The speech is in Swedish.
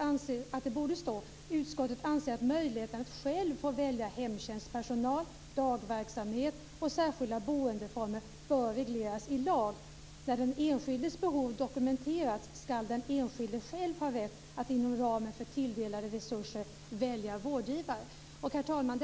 anser man att det borde stå så här i betänkandet: Utskottet anser att möjligheten att själv få välja hemtjänstpersonal, dagverksamhet och särskilda boendeformer bör regleras i lag. När den enskildes behov dokumenterats ska den enskilde själv ha rätt att inom ramen för tilldelade resurser välja vårdgivare. Herr talman!